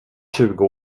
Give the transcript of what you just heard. tjugo